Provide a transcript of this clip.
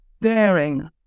daring